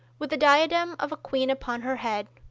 with the diadem of a queen upon her head,